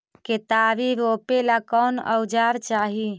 केतारी रोपेला कौन औजर चाही?